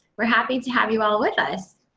we're happy to have you all with us.